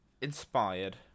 inspired